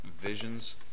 visions